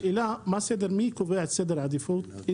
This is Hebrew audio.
השאלה היא: מי קובע את סדר העדיפות של